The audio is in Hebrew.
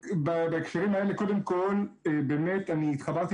בהקשרים האלה קודם כול באמת אני התחברתי